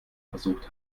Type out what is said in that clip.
versucht